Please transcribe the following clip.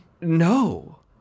No